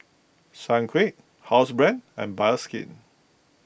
Sunquick Housebrand and Bioskin